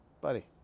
Buddy